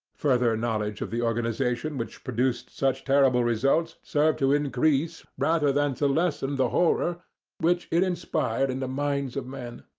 knowledge of the organization which produced such terrible results served to increase rather than to lessen the horror which it inspired in the minds of men.